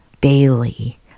daily